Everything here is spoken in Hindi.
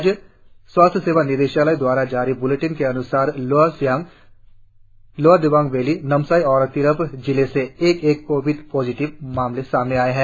राज्य स्वास्थ्य सेवा निदेशालय द्वारा जारी ब्लेटिन के अन्सार lower Siang lower Dibang valley Namsai और तिरप जिले से एक एक कोविड पॉजिटिव मिले है